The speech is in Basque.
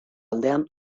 aldean